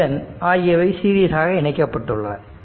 L N ஆகியவை series ஆக இணைக்கப்பட்டுள்ளது